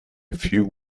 few